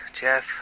Jeff